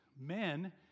men